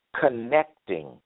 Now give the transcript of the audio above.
Connecting